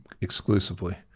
exclusively